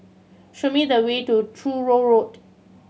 show me the way to Truro Road